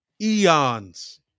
eons